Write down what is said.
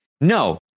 no